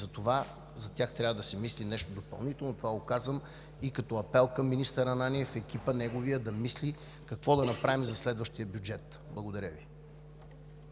за тях трябва да се мисли нещо допълнително. Казвам го и като апел към министър Ананиев – неговият екип да мисли какво да направим за следващия бюджет. Благодаря Ви.